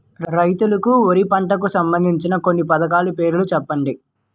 రైతులకు వారి పంటలకు సంబందించిన కొన్ని పథకాల పేర్లు చెప్పండి?